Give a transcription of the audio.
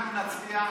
אנחנו נצביע,